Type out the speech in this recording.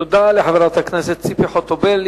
תודה לחברת הכנסת ציפי חוטובלי.